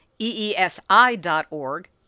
EESI.org